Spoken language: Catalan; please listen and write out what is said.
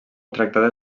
tractada